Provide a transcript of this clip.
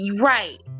Right